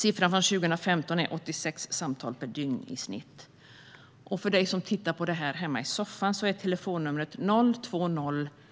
Siffran för 2015 är 86 samtal per dygn i snitt. För dig som tittar på detta hemma i soffan är telefonnumret